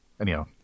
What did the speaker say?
Anyhow